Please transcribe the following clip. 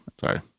sorry